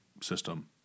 system